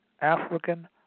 African